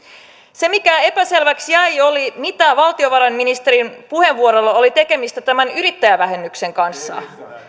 se mikä epäselväksi jäi oli se mitä valtiovarainministerin puheenvuorolla oli tekemistä tämän yrittäjävähennyksen kanssa